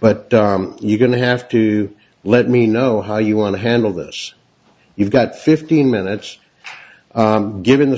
but you're going to have to let me know how you want to handle this you've got fifteen minutes given the